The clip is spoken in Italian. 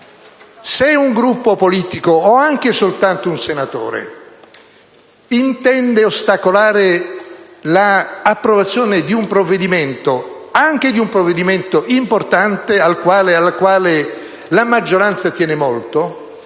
Se un Gruppo politico (o soltanto un senatore) intende ostacolare l'approvazione di un provvedimento, anche di un provvedimento importante al quale la maggioranza tiene molto,